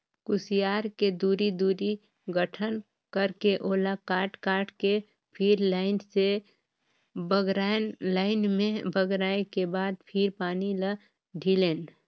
खुसियार के दूरी, दूरी गठन करके ओला काट काट के फिर लाइन से बगरायन लाइन में बगराय के बाद फिर पानी ल ढिलेन